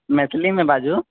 मैथिलीमे बाजु